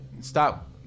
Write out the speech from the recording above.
stop